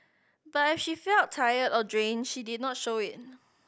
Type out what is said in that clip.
but if she felt tired or drained she did not show it